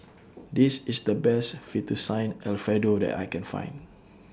This IS The Best Fettuccine Alfredo that I Can Find